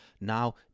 Now